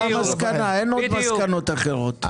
זאת המסקנה, אין עוד מסקנות אחרות.